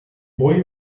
boy